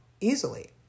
easily